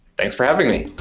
thanks for having me.